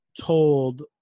told